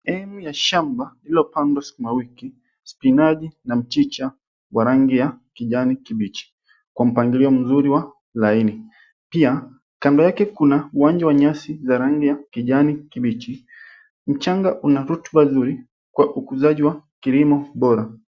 Sehemu ya shamba lililo pandwa sukuma wiki, spinach na mchicha wa rangi ya kijani kibichi kwa mpangilio mzuri wa laini. Pia kando yake kuna uwanja wa nyasi za rangi ya kijani kibichi. Mchanga una rutuba nzuri kwa ukuzaji wa kilimo bora.